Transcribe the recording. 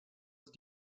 ist